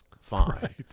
fine